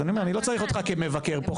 אז אני אומר, אני לא צריך אותך כמבקר פה.